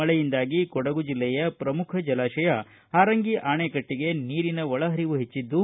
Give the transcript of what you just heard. ಮಳೆಯಿಂದಾಗಿ ಕೊಡಗು ಜಿಲ್ಲೆಯ ಪ್ರಮುಖ ಜಲಾಶಯ ಪಾರಂಗಿ ಅಣೆಕಟ್ಟಿಗೆ ನೀರಿನ ಒಳಹರಿವು ಹೆಚ್ಚಿದ್ದು